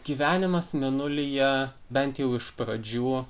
gyvenimas mėnulyje bent jau iš pradžių